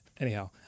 anyhow